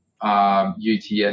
UTS